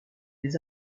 des